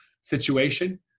situation